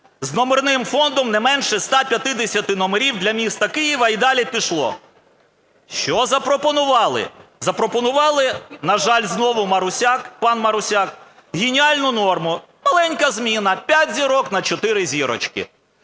з номерним фондом не менше 150 номерів для міста Києва", – і далі пішло. Що запропонували? Запропонували, на жаль, знову Марусяк, пан Марусяк, геніальну норму – маленька зміна: п'ять зірок на чотири зірочки.